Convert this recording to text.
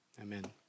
Amen